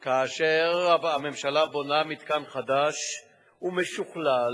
וכאשר הממשלה בונה מתקן חדש ומשוכלל,